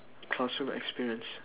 classroom experience